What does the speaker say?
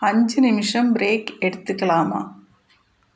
அஞ்சு நிமிஷம் பிரேக் எடுத்துக்கலாமா